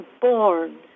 born